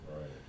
Right